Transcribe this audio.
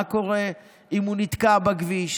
מה קורה אם הוא נתקע בכביש?